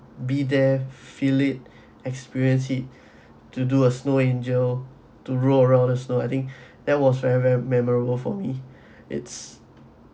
be there feel it experienced it to do a snow angel to roll around the snow I think that was very me~ memorable for me it's